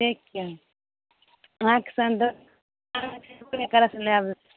ठीक छिअनि आँखि सन दे ओतने कलश लए लौथ